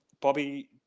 Bobby